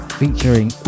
featuring